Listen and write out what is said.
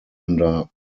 under